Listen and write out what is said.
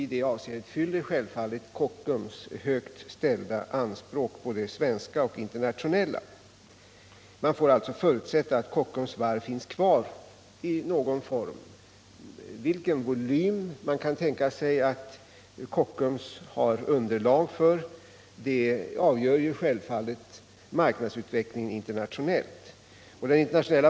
I de avseendena fyller självfallet Kockums högt ställda anspråk, både svenska och internationella. Man får alltså förutsätta att Kockums varv finns kvar i någon form. Vilken volym Kockums har underlag för avgör självfallet den internationella marknadsutvecklingen.